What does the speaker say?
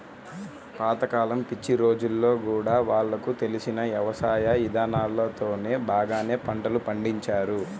పాత కాలం పిచ్చి రోజుల్లో గూడా వాళ్లకు తెలిసిన యవసాయ ఇదానాలతోనే బాగానే పంటలు పండించారు